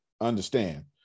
understand